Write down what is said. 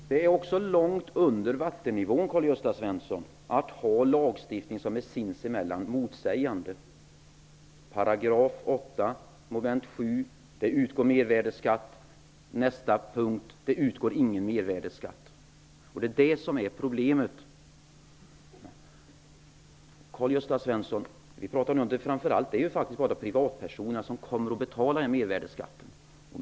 Fru talman! Det är också långt under lågvattenmärket att ha en motsägelsefull lagstiftning, Karl-Gösta Svenson! Enligt 8 § mom. 7 utgår mervärdesskatt. Enligt följande paragraf utgår ingen mervärdesskatt. Det är det som är problemet. Det är faktiskt bara privatpersoner som kommer att betala en mervärdesskatt.